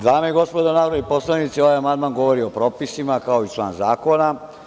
Dame i gospodo narodni poslanici, ovaj amandman govori o propisima, kao i član zakona.